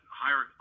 higher